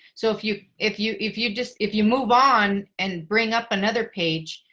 so if you, if you, if you just if you move on and bring up another page.